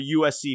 USC